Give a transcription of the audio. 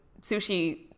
sushi